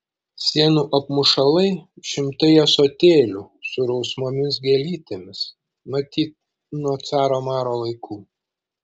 sienų apmušalai šimtai ąsotėlių su rausvomis gėlytėmis matyt nuo caro maro laikų